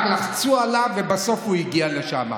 רק לחצו עליו ובסוף הוא הגיע לשם,